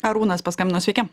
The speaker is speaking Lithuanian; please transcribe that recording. arūnas paskambino sveiki